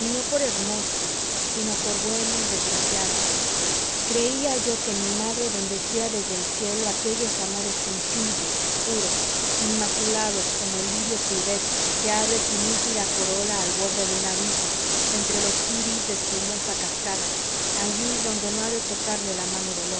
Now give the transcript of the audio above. no por hermosa sino por buena y desgraciada creía yo que mi madre bendecía desde el cielo aquellos amores sencillos puros inmaculados como el lirio silvestre que abre su nítida corola al borde de un abismo entre los iris de espumosa cascada allí donde no ha de tocarle la mano del